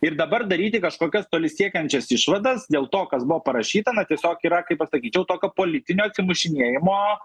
ir dabar daryti kažkokias toli siekiančias išvadas dėl to kas buvo parašyta na tiesiog yra kaip pasakyčiau tokio politinio atsimušinėjimo